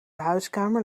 huiskamer